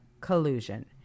Collusion